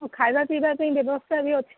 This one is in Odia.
ଖାଇବା ପିଇବା ପାଇଁ ବ୍ୟବସ୍ଥା ବି ଅଛି